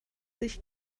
sich